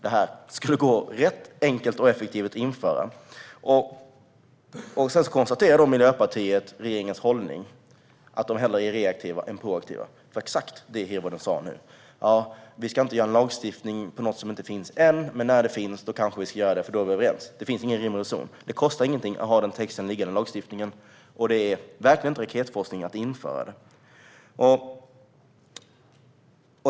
Detta skulle gå rätt enkelt och effektivt att införa. Miljöpartiet konstaterar att regeringens hållning är att den hellre är reaktiv än proaktiv. Det var exakt det Hirvonen sa nu. Vi ska inte införa en lagstiftning för något som inte finns än, men när det finns kanske vi ska göra det, för då är vi överens, säger Hirvonen. Det finns ingen rim och reson i detta. Det kostar ingenting att ha den texten liggande i lagstiftningen, och det är verkligen inte raketforskning att införa det.